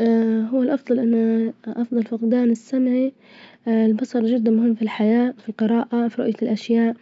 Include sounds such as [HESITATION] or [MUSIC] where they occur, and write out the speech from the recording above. [HESITATION] هو الأفظل إن أفظل فجدان السمع، [HESITATION] البصر جدا مهم في الحياة، في الجراءة، في رؤية الأشياء،